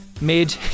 made